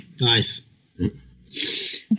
Nice